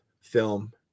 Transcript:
film